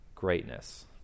Greatness